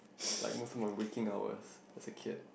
like most my waking hours as a kid